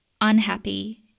unhappy